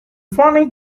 funny